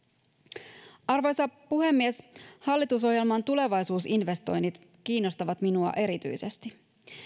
arvoisa puhemies hallitusohjelman tulevaisuusinvestoinnit kiinnostavat minua erityisesti